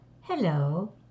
hello